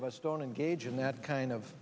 of us don't engage in that kind of